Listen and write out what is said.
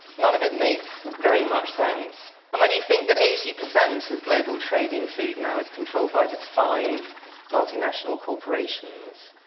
none of it makes very much sense. and when you think that eighty percent of global trade in food now is controlled by just five multinational corporations,